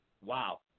wow